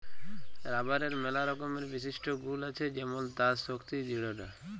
রাবারের ম্যালা রকমের বিশিষ্ট গুল আছে যেমল তার শক্তি দৃঢ়তা